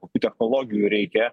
kokių technologijų reikia